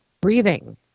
breathing